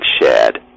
shared